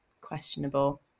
questionable